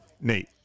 Nate